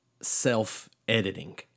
self-editing